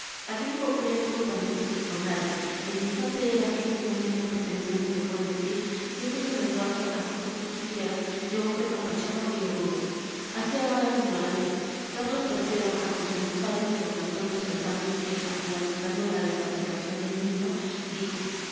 aquella epopeya tuvo también su bufonada el infante era viejo y no tenía pretensiones de buen decir siendo su lenguaje así como sus ideas de hombre campechano y rudo hacía gala de ignorancia carlos iii ante quien los ayos de d antonio se alzaron en queja lamentando la desaplicación del niño dijo